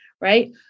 right